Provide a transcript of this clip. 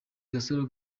gasaro